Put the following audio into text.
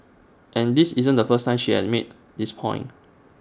and this isn't the first time she has made this point